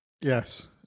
yes